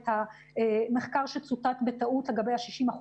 את המחקר שצוטט בטעות לגבי ה-60%,